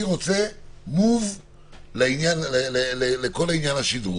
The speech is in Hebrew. אני רוצה move לכל עניין השדרוג.